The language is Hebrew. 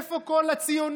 איפה כל הציונות?